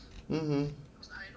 mmhmm